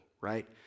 right